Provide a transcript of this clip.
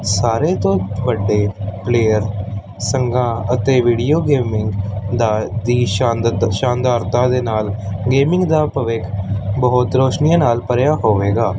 ਸਾਰੇ ਤੋਂ ਵੱਡੇ ਪਲੇਅਰ ਸੰਘਾਂ ਅਤੇ ਵੀਡੀਓ ਗੇਮਿੰਗ ਦਾ ਦੀ ਸ਼ਾਨਦਤ ਸ਼ਾਨਦਾਰਤਾ ਦੇ ਨਾਲ ਗੇਮਿੰਗ ਦਾ ਭਵਿੱਖ ਬਹੁਤ ਰੋਸ਼ਨੀਆਂ ਨਾਲ ਭਰਿਆ ਹੋਵੇਗਾ